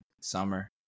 Summer